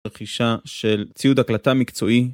רכישה של ציוד הקלטה מקצועי